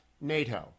NATO